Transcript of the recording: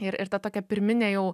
ir ir ta tokia pirminė jau